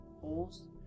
holes